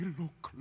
look